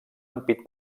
ampit